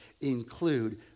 include